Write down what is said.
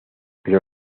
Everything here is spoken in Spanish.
pero